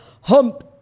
hump